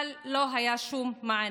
אבל לא היה שום מענה.